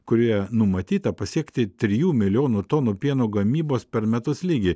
kurioje numatyta pasiekti trijų milijonų tonų pieno gamybos per metus lygį